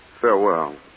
Farewell